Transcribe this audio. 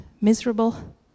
miserable